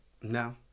no